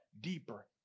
deeper